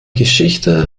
geschichte